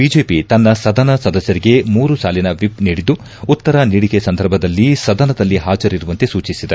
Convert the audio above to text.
BJP ತನ್ನ ಸದನ ಸದಸ್ನರಿಗೆ ಮೂರು ಸಾಲಿನ ವಿಪ್ ನೀಡಿದ್ದು ಉತ್ತರ ನೀಡಿಕೆ ಸಂದರ್ಭದಲ್ಲಿ ಸದನದಲ್ಲಿ ಹಾಜರಿರುವಂತೆ ಸೂಚಿಸಿದೆ